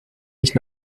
nicht